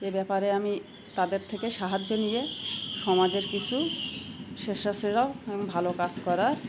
এ ব্যাপারে আমি তাদের থেকে সাহায্য নিয়ে সমাজের কিসু স্বেচ্ছা সেবা এবং ভালো কাজ করার